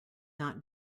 not